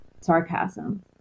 sarcasm